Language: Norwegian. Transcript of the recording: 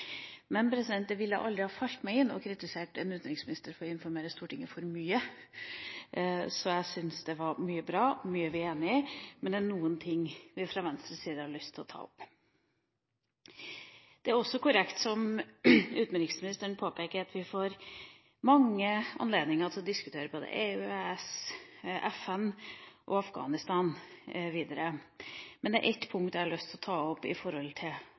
Men det ville aldri ha falt meg inn å kritisere en utenriksminister for å informere Stortinget for mye, så jeg syns det var mye bra, mye vi er enig i, men det er noen ting vi fra Venstres side har lyst til å ta opp. Det er også korrekt som utenriksministeren påpeker, at vi får mange anledninger til å diskutere både EU/EØS, FN og Afghanistan videre. Men det er ett punkt jeg har lyst til å ta opp,